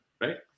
right